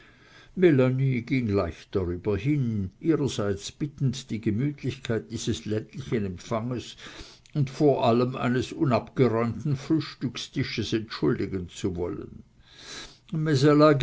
ging leicht darüber hin ihrerseits bittend die gemütlichkeit dieses ländlichen empfanges und vor allem eines unabgeräumten frühstückstisches entschuldigen zu wollen